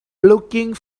looking